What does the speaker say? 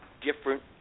different